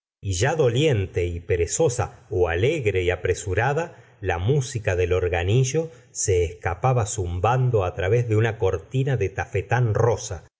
y ya doliente y perezosa alegre y apresurada la música del organillo se escapaba zumbando través de una cortina de tafetán rosa